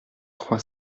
trois